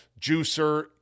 juicer